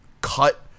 cut